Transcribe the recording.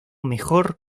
mejor